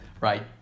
Right